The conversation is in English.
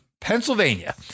Pennsylvania